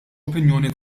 opinjoni